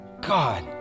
God